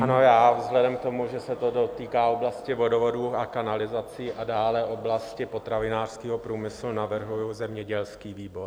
Ano, já vzhledem k tomu, že se to dotýká oblasti vodovodů a kanalizací a dále oblasti potravinářského průmyslu, navrhuji zemědělský výbor.